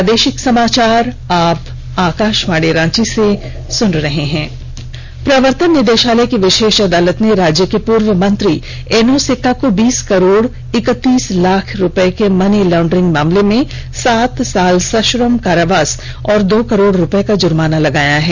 प्रवर्तन निदेषालय की विषेष अदालत ने राज्य के पूर्व मंत्री एनोस एक्का को बीस करोड़ इकतीस लाख के मनी लाउडरिंग मामले में सात साल सश्रम कारावास और दो करोड़ रुपए का जुर्माना लगाया है